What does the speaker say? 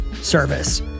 service